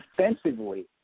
Defensively